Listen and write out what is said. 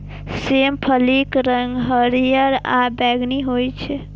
सेम फलीक रंग हरियर आ बैंगनी होइ छै